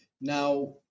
Now